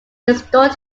restored